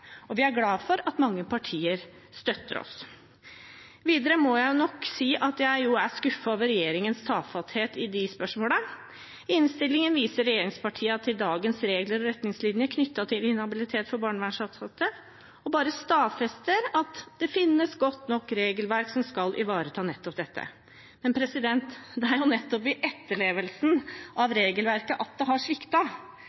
og Kristelig Folkeparti, og vi er glad for at mange partier støtter oss. Videre må jeg nok si at jeg er skuffet over regjeringens tafatthet i disse spørsmålene. I innstillingen viser regjeringspartiene til dagens regler og retningslinjer knyttet til inhabilitet for banevernsansatte og bare stadfester at det finnes godt nok regelverk som skal ivareta nettopp dette. Men det er nettopp i etterlevelsen av